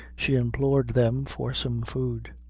she implored them for some food.